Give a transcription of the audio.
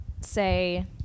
say